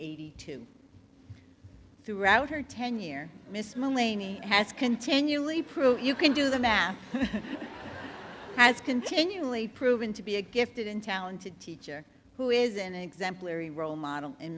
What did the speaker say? h two throughout her ten year mismo laney has continually prove you can do the math has continually proven to be a gifted and talented teacher who is an exemplary role model and